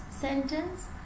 sentence